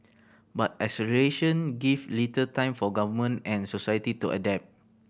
but acceleration give little time for government and society to adapt